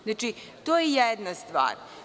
Znači, to je jedna stvar.